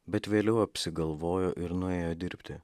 bet vėliau apsigalvojo ir nuėjo dirbti